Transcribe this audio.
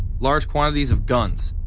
large quantities of guns.